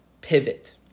pivot